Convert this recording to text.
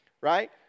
right